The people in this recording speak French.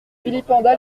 vilipenda